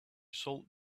salt